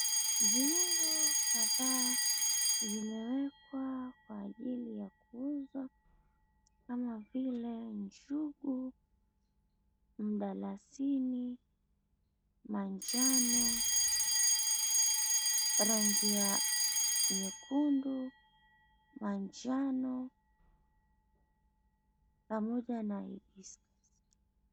Viungo kadhaa vimewekwa kwa ajili ya kuuzwa kama vile njugu, mdalasini, manjano, rangi ya nyekundu, manjano pamoja na hibiscus .